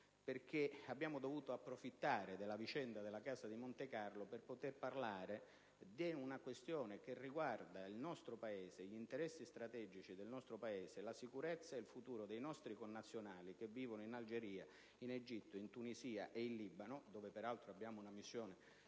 infatti dovuto approfittare della vicenda della casa di Montecarlo per poter parlare di una questione che riguarda il nostro Paese, i suoi interessi strategici, la sicurezza ed il futuro dei nostri connazionali che vivono in Algeria, in Egitto, in Tunisia ed in Libano - dove peraltro abbiamo una missione